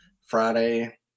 Friday